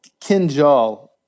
Kinjal